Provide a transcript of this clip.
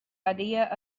idea